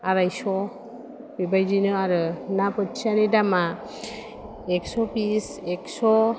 अरायस' बेबायदिनो आरो ना बोथियानि दामा एक्स' बिस एक्स'